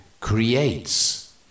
creates